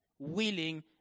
Willing